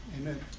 Amen